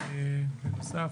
בנוסף,